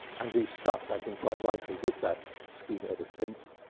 and we've stuck, i think quite rightly, with that scheme ever since.